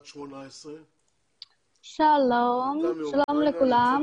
בת 18. שלום לכולם.